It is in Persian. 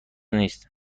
نیست